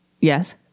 yes